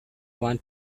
want